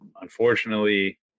Unfortunately